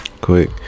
quick